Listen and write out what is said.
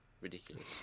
ridiculous